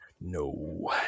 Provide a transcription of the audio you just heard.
No